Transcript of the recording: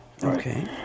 Okay